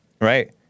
right